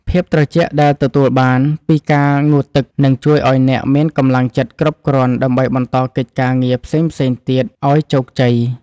ភាពត្រជាក់ដែលទទួលបានពីការងូតទឹកនឹងជួយឱ្យអ្នកមានកម្លាំងចិត្តគ្រប់គ្រាន់ដើម្បីបន្តកិច្ចការងារផ្សេងៗទៀតឱ្យជោគជ័យ។